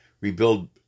rebuild